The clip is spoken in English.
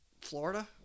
Florida